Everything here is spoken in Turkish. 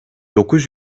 dokuz